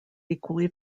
equally